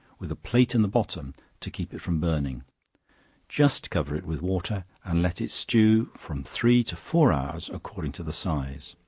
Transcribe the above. with a plate in the bottom to keep it from burning just cover it with water, and let it stew from three to four hours according to the size.